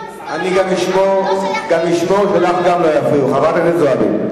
אני גם אשמור שלך לא יפריעו, חברת הכנסת זועבי.